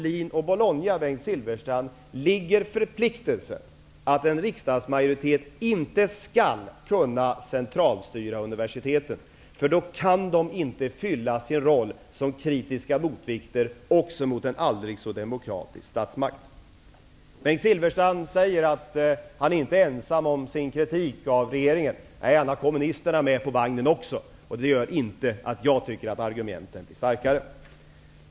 Silfverstrand, ligger förpliktelsen att en riksdagsmajoritet inte skall kunna centralstyra universiteten. Om den gör det kan universiteten inte fylla sin roll som kritiska motvikter till en aldrig så demokratisk statsmakt. Bengt Silfverstrand säger att han inte är ensam om sin kritik av regeringen. Nej, han har kommunisterna med på vagnen också, och det gör inte att jag tycker att argumenten blir starkare.